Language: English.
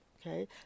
okay